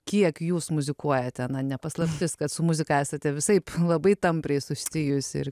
kiek jūs muzikuojate na ne paslaptis kad su muzika esate visaip labai tampriai susijusi ir